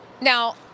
Now